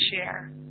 share